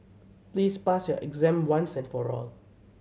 please pass your exam once and for all